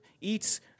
eats